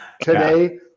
Today